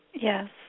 Yes